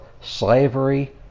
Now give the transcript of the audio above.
slavery